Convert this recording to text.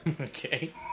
Okay